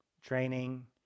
training